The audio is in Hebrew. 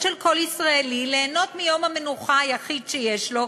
ומאידך גיסא לאפשרות של כל ישראלי ליהנות מיום המנוחה היחיד שיש לו,